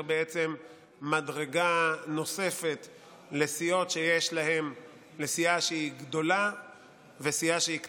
מדרגה נוספת לסיעה שהיא גדולה וסיעה שהיא קטנה,